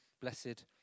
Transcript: Blessed